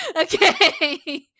Okay